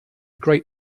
great